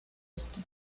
este